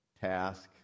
task